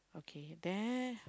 okay there